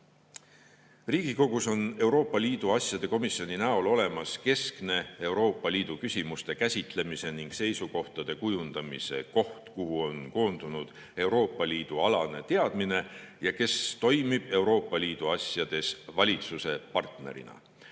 on Euroopa Liidu asjade komisjoni näol olemas keskne Euroopa Liidu küsimuste käsitlemise ning seisukohtade kujundamise koht, kuhu on koondunud Euroopa Liidu alane teadmine ja kes toimib Euroopa Liidu asjades valitsuse partnerina.